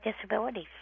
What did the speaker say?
disabilities